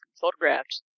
photographed